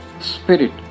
spirit